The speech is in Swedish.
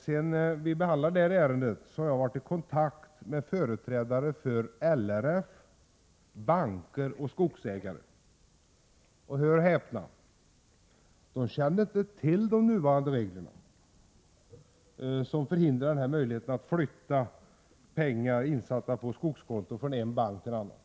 Sedan vi behandlade detta ärende i utskottet har jag varit i kontakt med företrädare för LRF, banker och skogsägare, och hör och häpna — de kände inte till de nuvarande reglerna som försvårar möjligheterna att flytta pengar insatta på skogskonto från en bank till en annan.